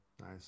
nice